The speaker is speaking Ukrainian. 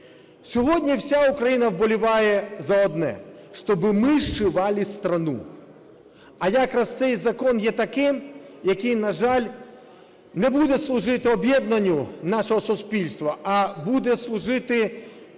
Сьогодні вся Україна вболіває за одне: чтобы мы сшивали страну. А якраз цей закон є таким, який, на жаль, не буде служити об'єднанню нашого суспільства, а буде служити